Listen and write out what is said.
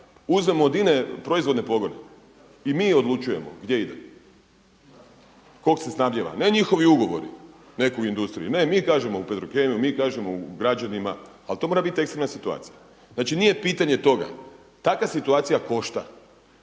uzmemo od INA-e proizvodne pogone i mi odlučujemo gdje ide, kog se snabdijeva. Ne njihovi ugovori nekoj industriji. Ne mi kažemo u Petrokemiju, mi kažemo građanima, ali to mora biti ekstremna situacija. Znači nije pitanje toga. Takva situacija košta